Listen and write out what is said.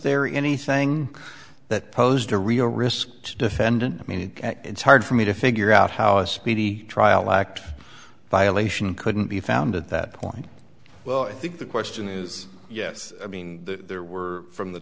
there anything that posed a real risk to defendant i mean it's hard for me to figure out how a speedy trial act violation couldn't be found at that point well i think the question is yes i mean there were from the